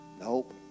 Nope